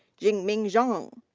jinming zhang.